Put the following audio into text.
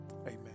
Amen